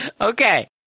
Okay